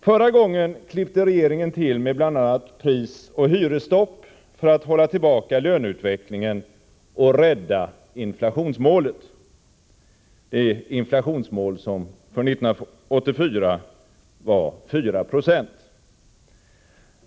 Förra gången klippte regeringen till med bl.a. prisoch hyresstopp för att hålla tillbaka löneutvecklingen och rädda inflationsmålet, det inflationsmål som för 1984 var 4 90.